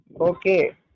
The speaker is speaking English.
okay